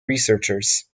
researchers